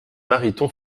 mariton